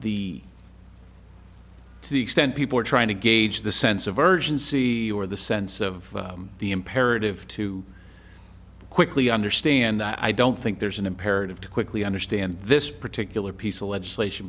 the to the extent people are trying to gauge the sense of urgency or the sense of the imperative to quickly understand that i don't think there's an imperative to quickly understand this particular piece of legislation